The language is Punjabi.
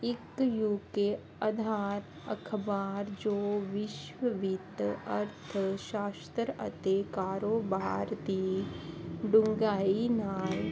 ਇੱਕ ਯੂਕੇ ਆਧਾਰ ਅਖ਼ਬਾਰ ਜੋ ਵਿਸ਼ਵ ਵਿੱਤ ਅਰਥਸ਼ਾਸਤਰ ਅਤੇ ਕਾਰੋਬਾਰ ਦੀ ਢੂੰਘਾਈ ਨਾਲ